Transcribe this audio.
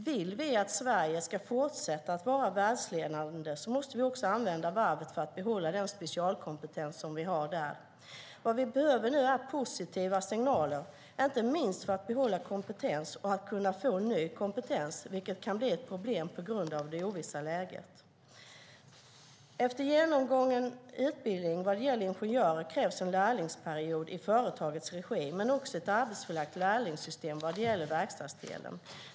Vill vi att Sverige ska fortsätta att vara världsledande måste vi också använda varvet för att behålla den specialkompetens vi har där. Vad vi behöver nu är positiva signaler, inte minst för att behålla kompetens och få ny kompetens, vilket kan bli ett problem på grund av det ovissa läget. Efter genomgången utbildning krävs för ingenjörer en lärlingsperiod i företagets regi. Det finns också ett arbetsplatsförlagt lärlingssystem vad gäller verkstadsdelen.